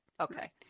Okay